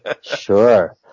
sure